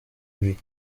ibi